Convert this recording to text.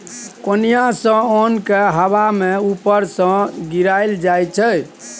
कोनियाँ सँ ओन केँ हबा मे उपर सँ गिराएल जाइ छै